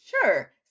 Sure